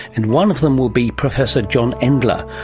and one of them will be professor john endler,